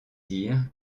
dire